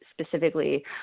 specifically